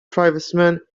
tribesmen